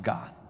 God